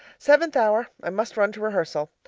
seventh hour i must run to rehearsal.